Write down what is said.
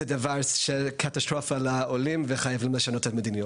הראשון הוא הארכת תשלום מענק הסתגלות לעולים חדשים בשנת 2023 והשני: